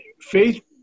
Faith